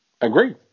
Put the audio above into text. Agree